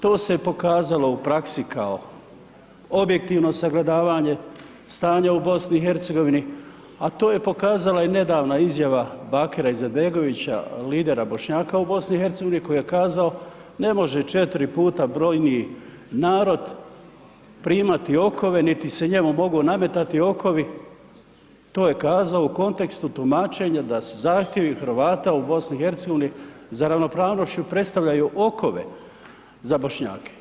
To se pokazalo u praksi kao objektivno sagledavanje stanja u BiH-u a to je pokazala i nedavna izjava Bakira Izetbegovića, lidera Bošnjaka u BiH-u koji je kazao ne može 4 puta brojniji narod primat okove niti se njemu mogu nametati okovi, to je kazao u kontekstu tumačenja da su zahtjevi Hrvata u BiH-u za ravnopravnošću predstavljaju okove za Bošnjake.